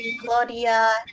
Claudia